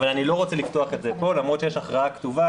אבל אני לא רוצה לפתוח את זה פה למרות שיש הכרעה כתובה